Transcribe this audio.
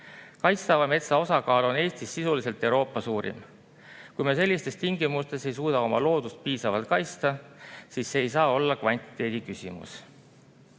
Kaitstava metsa osakaal on Eestis sisuliselt Euroopa suurim. Kui me sellistes tingimustes ei suuda oma loodust piisavalt kaitsta, siis see ei saa olla kvantiteedi küsimus.